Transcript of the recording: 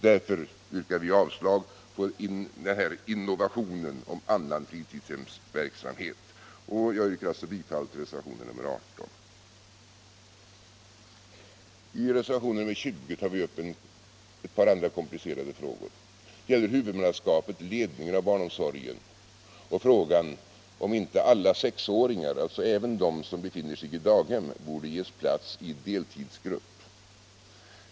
Därför yrkar jag bifall till reservationen 18. I reservationen 20 tar vi upp ett par andra komplicerade frågor såsom huvudmannaskapet för och ledning av barnomsorg och fritidsverksamhet samt frågan om inte alla sexåringar, alltså även de som befinner sig på daghem, borde ges plats i deltidsgrupp.